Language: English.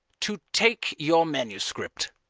to take your manuscript.